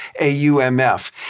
AUMF